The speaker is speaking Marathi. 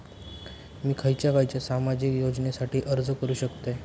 मी खयच्या खयच्या सामाजिक योजनेसाठी अर्ज करू शकतय?